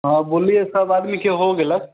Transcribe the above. हँ बोललियै सब आदमी के हो गेलै